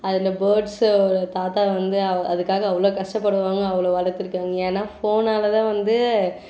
அதில் பேர்ட்ஸோடய தாத்தா வந்து அதுக்காக அவ்வளோ கஷ்டப்படுவாங்க அவ்வளோ வளர்த்துருக்காங்க ஏன்னால் ஃபோனால்தான் வந்து